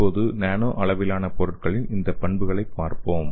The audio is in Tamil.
இப்போது நானோ அளவிலான பொருட்களின் இந்த பண்புகளைப் பார்ப்போம்